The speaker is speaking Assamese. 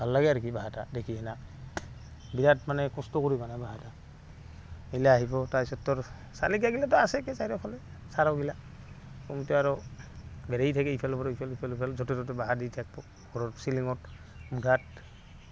ভাল লাগে আৰু কিবা এটা দেখি কেনা বিৰাট মানে কষ্ট কৰি বানায় বাহ এটা সেইগিলা আহিব তাৰপিছত তোৰ চালিকাগিলাতো আছেই কেই চাৰিওফালে চাৰগিলা শুওঁতে আৰু বেৰি থাকে ইফালৰ পৰা ইফাল ইফাল সিফাল য'তে ত'তে বাহা দি থাকিব ঘৰত চিলিঙত মুধাত